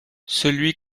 celui